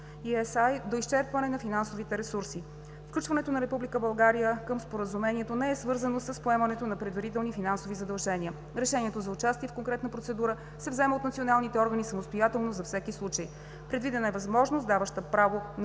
(ESI) до изчерпване на финансовите ресурси. Включването на Република България към Споразумението не е свързано с поемането на предварителни финансови задължения. Решението за участие в конкретна процедура се взема от националните органи самостоятелно за всеки случай. Предвидена е възможност, даваща право на